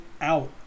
out